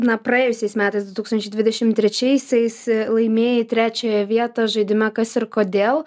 na praėjusiais metais du tūkstančiai dvidešim trečiaisiais laimėjai trečiąją vietą žaidime kas ir kodėl